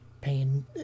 pain